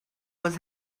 was